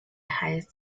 highest